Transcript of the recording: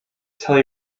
tell